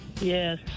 Yes